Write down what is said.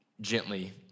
gently